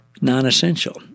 non-essential